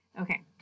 Okay